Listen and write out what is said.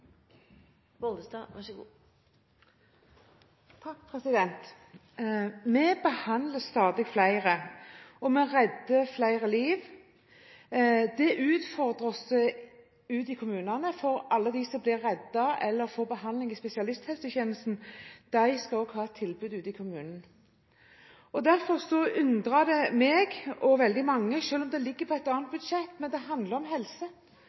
Vi behandler stadig flere, og vi redder flere liv. Det utfordrer oss ute i kommunene, for alle de som blir reddet eller får behandling i spesialisthelsetjenesten, skal også ha et tilbud ute i kommunene. Derfor undrer det meg og veldig mange – selv om det ligger i et annet budsjett, handler det om helse